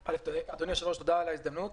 אדוני היושב-ראש, תודה על ההזדמנות.